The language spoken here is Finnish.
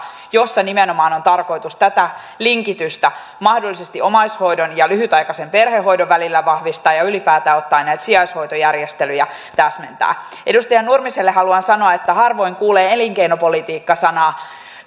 jossa nimenomaan on tarkoitus tätä linkitystä mahdollisesti omaishoidon ja lyhytaikaisen perhehoidon välillä vahvistaa ja ylipäätään ottaen näitä sijaishoitojärjestelyjä täsmentää edustaja nurmiselle haluan sanoa että harvoin kuulee elinkeinopolitiikka sanaa